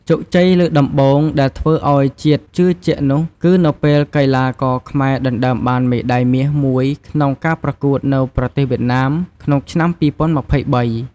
ជោគជ័យលើកដំបូងដែលធ្វើឱ្យជាតិជឿជាក់នោះ គឺនៅពេលកីឡាករខ្មែរដណ្តើមបានមេដាយមាសមួយក្នុងការប្រកួតនៅប្រទេសវៀតណាមក្នុងឆ្នាំ ២០២៣។